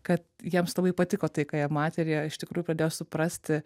kad jiems labai patiko tai ką jie matė ir jie iš tikrųjų pradėjo suprasti